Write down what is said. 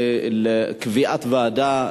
לקביעת ועדה,